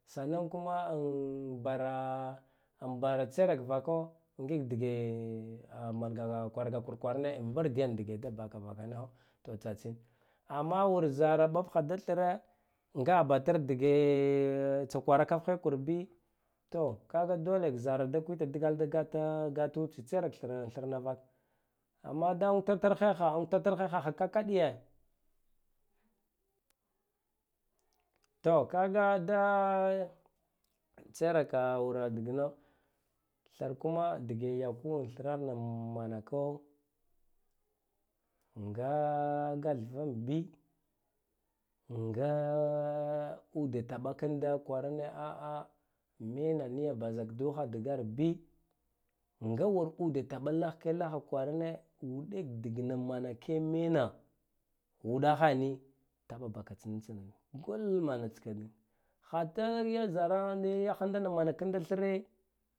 Sannan kuma bara ambara tserako ngik dge amar kwarga kur kwarane kurdiyan dge da baka vakaniho e tsatsin amma wur zara ɓatkha da thre ngaha batara dge tsakwarahafhekur bi to kaga kwerak zara da kuitak dagal da dagal ta gatu tsakwerak thran thrna vaka amma da unktatrhe untalarhehahah ka kaɗiye to kaga tseraka an digno thar kuma dge anfuwa tharnan manako nga gaffan bi nga uɗe taɓakanda kwarane a'a mena niya bazak duha dger bi ngar war ude taba khke lakhe kwarane ndik dikena manake mena uɗahe ni taɓaka tmatsna gwmana tskanbi hatta yi zararo yakhadammankan da thre